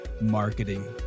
marketing